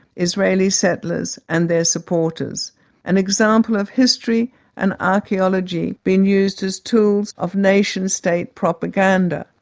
israeli settlers and their supporters an example of history and archaeology being used as tools of nation state propaganda.